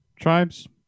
tribes